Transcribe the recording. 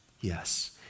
yes